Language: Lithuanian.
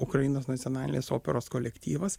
ukrainos nacionalinės operos kolektyvas